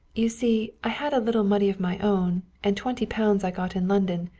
you see i had a little money of my own, and twenty pounds i got in london.